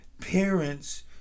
Parents